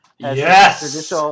yes